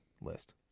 list